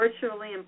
virtually